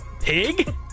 Pig